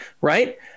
Right